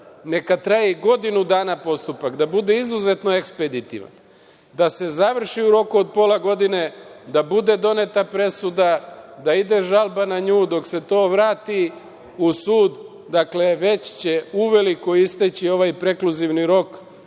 Neka traje i godinu dana postupak, da bude izuzetno ekspeditivan, da se završi u roku pola godine, da bude doneta presuda, da ide žalba na nju, dok se to vrati u sud, dakle, već će uveliko istaći ovaj prekluzivni rok